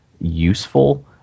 useful